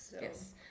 yes